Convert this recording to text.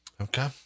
okay